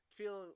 feel